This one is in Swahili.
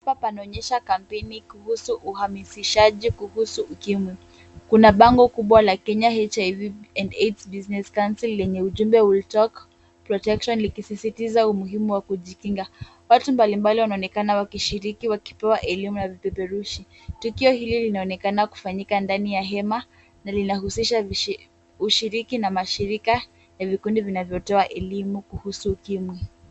Hapa panaonyesha kampeni kuhusu uhamisishaji kuhusu ukimwi. Kuna bango kubwa la Kenya HIV & AIDS Business Council lenye ujumbe We Talk Protection likisisitiza umuhimu wa kujikinga. Watu mbalimbali wanaonekana wakishiriki, wakipewa elimu na vipeperushi. Tukio hili linaonekana kufanyika ndani ya hema na linahusisha ushiriki na mashirika ya vikundi vinavyotoa elimu kuhusu ukimwi.